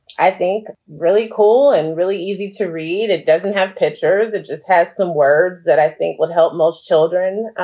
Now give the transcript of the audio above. i think, really cool and really easy to read. it doesn't have pictures. it just has some words that i think would help most children,